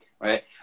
Right